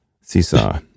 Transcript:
seesaw